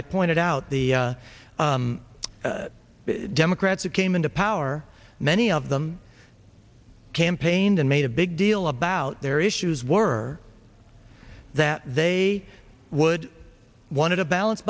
i pointed out the democrats who came into power many of them campaigned and made a big deal about their issues were that they would want a balance